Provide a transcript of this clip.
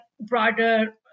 Broader